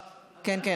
אחת.